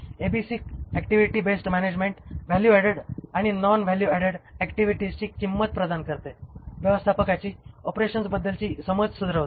ABC activity based management value added आणि non value added ऍक्टिव्हिटीजची किंमत प्रदान करते व्यवस्थापकाची ऑपरेशन्सबद्दलची समज सुधरवते